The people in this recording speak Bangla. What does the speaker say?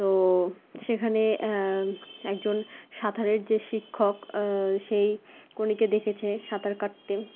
তো সেখানে একজন সাঁতারের যে শিক্ষক সেই কোনিকে দেখেছে সাঁতার কাটতে